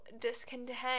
discontent